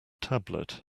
tablet